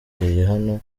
hano